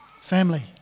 family